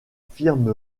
firme